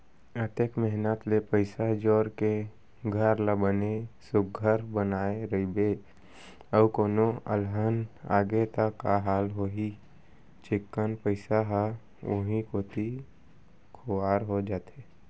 अतेक मेहनत ले पइसा जोर के घर ल बने सुग्घर बनाए रइबे अउ कोनो अलहन आगे त का हाल होही चिक्कन पइसा ह उहीं कोती खुवार हो जाथे